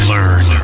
Learn